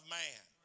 man